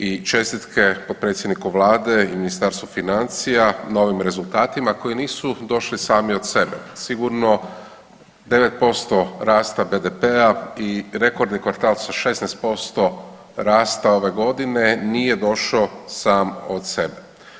I čestitke predsjedniku vlade i Ministarstvu financija na ovim rezultatima koji nisu došli sami od sebe, sigurno 9% rasta BDP-a i rekordni kvartal sa 16% rasta ove godine nije došao sam od sebe.